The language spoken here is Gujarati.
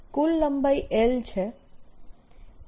કુલ લંબાઈ L છે